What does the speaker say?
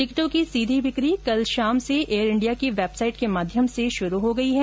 टिकटों की सीधी बिकी कल शाम से एयर इंडिया की वेबसाइट के माध्यम से शुरू हो गई है